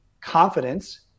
confidence